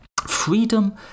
freedom